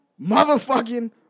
motherfucking